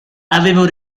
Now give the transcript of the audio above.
aveva